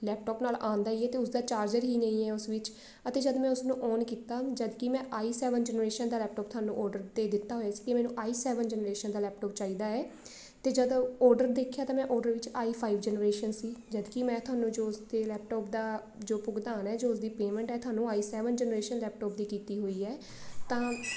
laptop ਨਾਲ ਆਉਂਦਾ ਹੀ ਹੈ ਅਤੇ ਉਸਦਾ ਚਾਰਜਰ ਹੀ ਨਹੀਂ ਹੈ ਉਸ ਵਿੱਚ ਅਤੇ ਜਦ ਮੈਂ ਉਸਨੂੰ ਔਨ ਕੀਤਾ ਜਦਕਿ ਮੈਂ ਆਈ ਸੈਵਨ ਜਨਰੇਸ਼ਨ ਦਾ ਲੈਪਟੋਪ ਤੁਹਾਨੂੰ ਔਡਰ 'ਤੇ ਦਿੱਤਾ ਹੋਇਆ ਸੀ ਕਿ ਮੈਨੂੰ ਆਈ ਸੈਵਨ ਜਨਰੇਸ਼ਨ ਦਾ ਲੈਪਟੋਪ ਚਾਹੀਦਾ ਹੈ ਅਤੇ ਜਦੋਂ ਔਡਰ ਦੇਖਿਆ ਤਾਂ ਮੈਂ ਔਡਰ ਵਿੱਚ ਆਈ ਫਾਈਵ ਜਨਰੇਸ਼ਨ ਸੀ ਜਦਕਿ ਮੈਂ ਤੁਹਾਨੂੰ ਜੋ ਉਸਦੇ ਲੈਪਟੋਪ ਦਾ ਜੋ ਭੁਗਤਾਨ ਹੈ ਜੋ ਉਸਦੀ ਪੇਮੈਂਟ ਹੈ ਤੁਹਾਨੂੰ ਆਈ ਸੈਵਨ ਜਨਰੇਸ਼ਨ ਲੈਪਟੋਪ ਦੀ ਕੀਤੀ ਹੋਈ ਹੈ ਤਾਂ